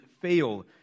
fail